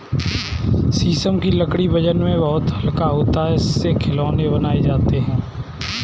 शीशम की लकड़ी वजन में बहुत हल्का होता है इससे खिलौने बनाये जाते है